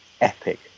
epic